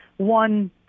One